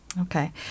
Okay